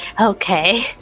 Okay